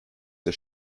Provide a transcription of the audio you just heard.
der